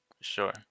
Sure